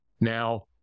Now